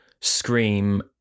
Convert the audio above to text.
Scream